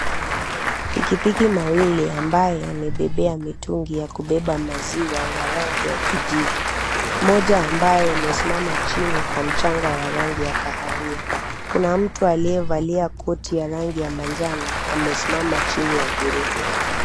Pikipiki mawili ambayo yamebeba mitungi ya kubeba maziwa ya rangi ya kijivu. Moja ambayo imesimama chini kwa mchanga wa rangi ya kahawia. Kuna mtu aliyevalia koti ya rangi ya manjano amesimama chini ya ghorofa.